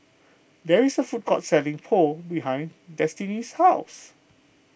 there is a food court selling Pho behind Destini's house